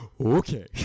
okay